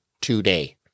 today